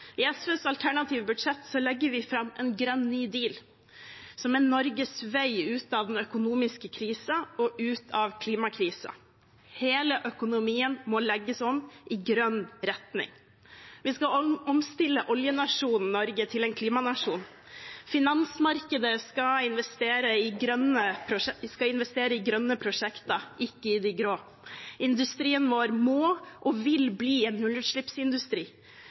I SVs alternative budsjett legger vi fram en grønn ny «deal», som er Norges vei ut av den økonomiske krisen og ut av klimakrisen. Hele økonomien må legges om i grønn retning. Vi skal omstille oljenasjonen Norge til en klimanasjon. Finansmarkedet skal investere i grønne prosjekter – ikke i de grå. Industrien vår må og vil bli en nullutslippsindustri.